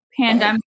pandemic